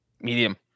medium